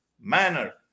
manner